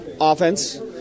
offense